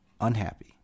unhappy